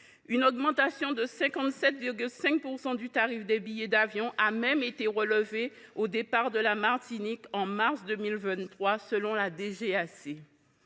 Une augmentation de 57,5 % du tarif des billets d’avion a même été enregistrée au départ de la Martinique en mars 2023, selon la